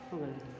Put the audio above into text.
हो गेल